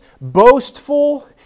boastful